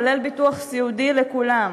כולל ביטוח סיעודי לכולם.